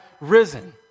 risen